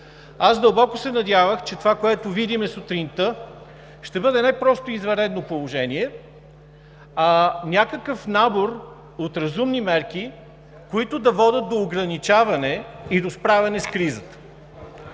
аз дълбоко се надявах, че това, което видим сутринта, ще бъде не просто извънредно положение, а някакъв набор от разумни мерки, които да водят до ограничаване и до справяне с кризата.